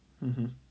hmm mm